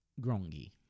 Grongi